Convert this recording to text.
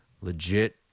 legit